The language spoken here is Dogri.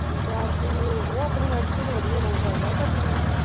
बैटरी ओ अपनी मर्जी ऐ थुआढ़ी नमीं पोआई लैओ पर इन्नी